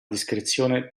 discrezione